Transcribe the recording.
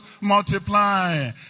multiply